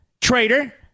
Traitor